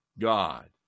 God